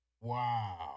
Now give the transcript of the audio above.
Wow